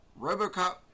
RoboCop